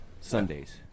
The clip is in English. Sundays